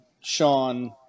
Sean